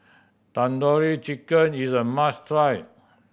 Tandoori Chicken is a must try